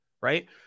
Right